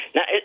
Now